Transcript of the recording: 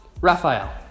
Raphael